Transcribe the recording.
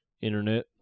Internet